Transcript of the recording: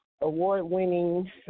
award-winning